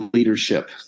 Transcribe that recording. leadership